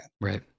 Right